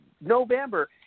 November